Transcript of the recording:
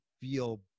feel